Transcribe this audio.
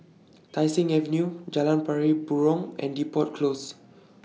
Tai Seng Avenue Jalan Pari Burong and Depot Close